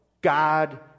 God